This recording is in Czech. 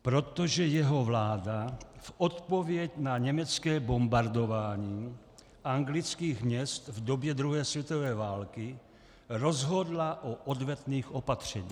Protože jeho vláda v odpověď na německé bombardování anglických měst v době druhé světové války rozhodla o odvetných opatřeních.